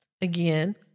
Again